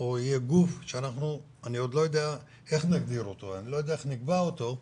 או גוף, ואני עוד לא יודע איך נגדיר ונקבע אותו,